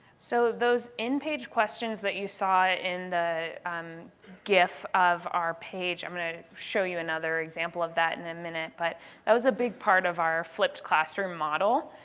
so those in-page questions that you saw in the um gif of our page, i'm going to show you another example of that in a minute. but that was a big part of our flipped classroom model.